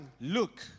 look